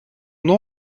nom